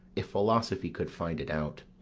if philosophy could find it out.